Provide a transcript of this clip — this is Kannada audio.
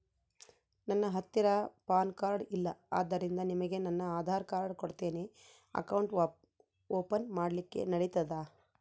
ನನ್ನ ಹತ್ತಿರ ಪಾನ್ ಕಾರ್ಡ್ ಇಲ್ಲ ಆದ್ದರಿಂದ ನಿಮಗೆ ನನ್ನ ಆಧಾರ್ ಕಾರ್ಡ್ ಕೊಡ್ತೇನಿ ಅಕೌಂಟ್ ಓಪನ್ ಮಾಡ್ಲಿಕ್ಕೆ ನಡಿತದಾ?